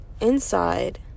inside